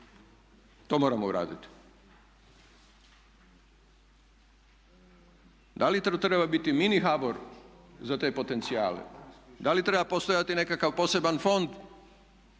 To moramo vratiti. Da li to treba biti mini HBOR za te potencijale, da li treba postojati nekakav poseban fond